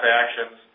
actions